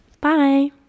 Bye